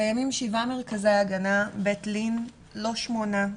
קיימים שבעה מרכזי הגנה, לא שמונה.